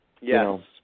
Yes